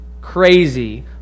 Crazy